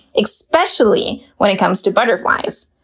especially when it comes to butterflies.